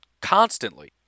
constantly